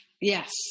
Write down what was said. Yes